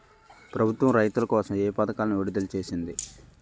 ప్రభుత్వం రైతుల కోసం ఏ పథకాలను విడుదల చేసింది?